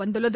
வந்துள்ளது